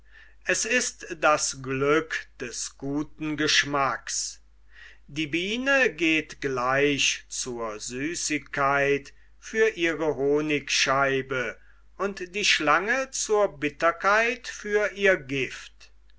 es ist das glück des guten geschmacks die biene geht gleich zur süßigkeit für ihre honigscheibe und die schlange zur bitterkeit für ihr gift